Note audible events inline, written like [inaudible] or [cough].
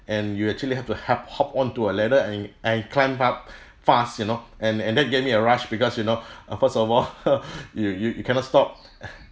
and you actually have to hop hop onto a ladder and and climb up fast you know and and that gave me a rush because you know uh first of all [laughs] you you you cannot stop